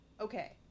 Okay